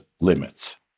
limits